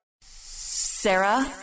Sarah